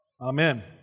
Amen